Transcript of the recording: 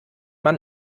man